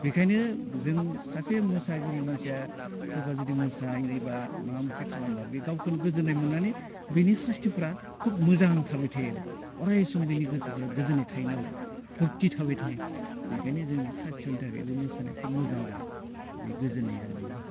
बेखायनो जों सासे मोसागिरि मानसिया सोरबा जुदि मोसागिरिबा माबा मोनसे खालामबा बे गावखौनो गोजोन्नाय मोन्नानै बेनि साइस्थ'फ्रा खुब मोजां थाबाय थायो आरो अरायसम बिनि गोसोफ्रा गोजोनै थायो नालाय फुरथि थाबाय थायो बेखायनो जोंनि साइस्थ'नि थाखायबो मोसानाया खुब मोजां आरो बे गोजोन्नायानो बेनो